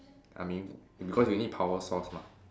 I mean because you need power source mah